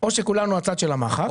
שכולנו הצד של המחק.